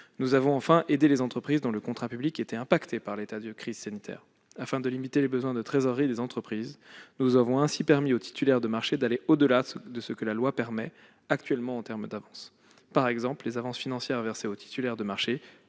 nous avons aidé les entreprises dont le contrat public était affecté par l'état de crise sanitaire. Afin de limiter les besoins de trésorerie des entreprises, nous avons permis aux titulaires de marchés d'aller au-delà de ce que la loi permet actuellement en termes d'avances. Par exemple, les avances financières versées aux titulaires de marchés